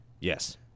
Yes